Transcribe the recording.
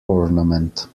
ornament